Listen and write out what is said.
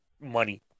money